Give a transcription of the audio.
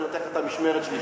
אני נותן לך את המשמרת שלי,